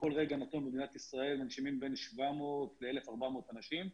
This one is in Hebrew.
בכול רגע נתון במדינת ישראל מנשימים בין 700 ל-1,400 אנשים,